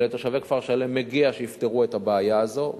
ולתושבי כפר-שלם מגיע שיפתרו את הבעיה הזאת,